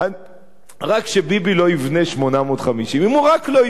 רק שביבי לא יבנה 850. אם הוא רק לא יבנה את זה,